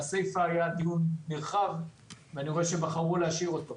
על הסיפה היה דיון נרחב ואני רואה שבחרו להשאיר אותה.